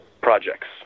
projects